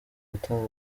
gutanga